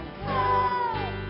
Come